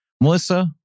Melissa